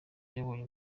yabonye